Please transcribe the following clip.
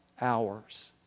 hours